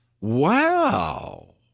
wow